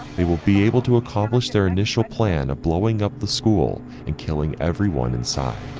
we will be able to accomplish their initial plan of blowing up the school and killing everyone inside.